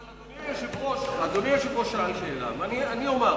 אבל אדוני היושב-ראש שאל שאלה, ואני אומר.